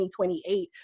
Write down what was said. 2028